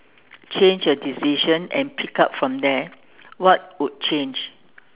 change a decision and pick up from there what would change